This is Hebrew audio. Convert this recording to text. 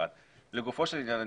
לגופו של עניין.